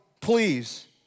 please